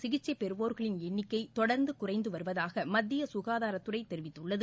சிகிச்சை பெறுவோர்களின் எண்ணிக்கை தொடர்ந்து குறைந்து வருவதாக மத்திய சுகாதாரத்துறை தெரிவித்துள்ளது